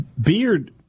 Beard